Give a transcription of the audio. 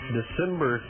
December